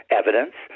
evidence